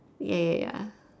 ya ya ya